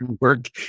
work